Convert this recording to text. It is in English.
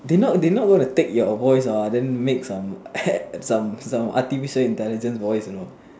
they not they not going to take your voice hor then make some some some artificial intelligence voice you know